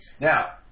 Now